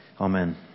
Amen